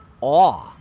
awe